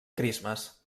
christmas